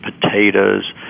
potatoes